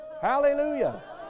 Hallelujah